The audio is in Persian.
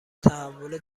تحول